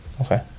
Okay